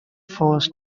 first